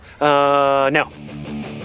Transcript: No